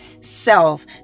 self